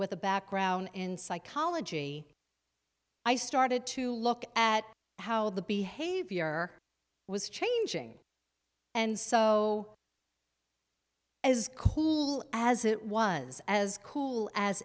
with a background in psychology i started to look at how the behavior was changing and so as cool as it was as cool as